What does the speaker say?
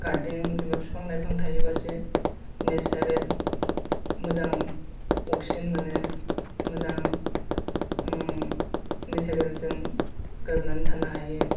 गारदेन जेनावबा फिफां लायफां थायोबासो नेसारेल मोजां अक्सिजेन मोनो मोजां नेसारेल जों गोरोबनानै थानो हायो